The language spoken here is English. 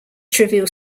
trivial